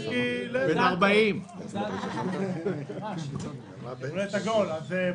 בן 40. יום הולדת עגול, ברכות.